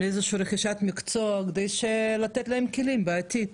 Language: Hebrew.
לרכישת מקצוע כדי לתת להם כלים בעתיד.